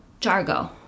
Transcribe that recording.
Jargo